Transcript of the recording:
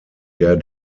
der